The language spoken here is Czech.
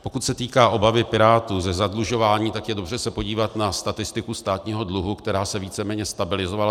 Pokud se týká obavy Pirátů ze zadlužování, tak je dobře se podívat na statistiku státního dluhu, která se víceméně stabilizovala.